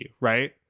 right